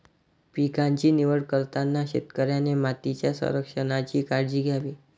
पिकांची निवड करताना शेतकऱ्याने मातीच्या संरक्षणाची काळजी घ्यावी